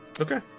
Okay